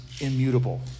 immutable